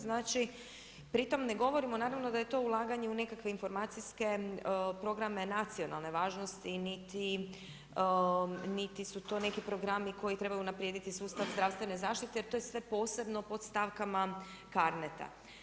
Znači, pri tom ne govorimo, naravno da je to ulaganje u nekakve informacijske programe nacionalne važnosti, niti su to neki programi koji trebaju unaprijediti sustav zdravstvene zaštite, jer to je sve posebno pod stavkama CARNET-a.